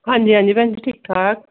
ਹਾਂਜੀ ਹਾਂਜੀ ਭੈਣ ਜੀ ਠੀਕ ਠਾਕ